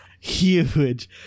Huge